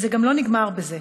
וזה גם לא נגמר בזה.